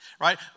right